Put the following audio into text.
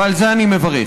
ועל זה אני מברך.